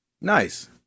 nice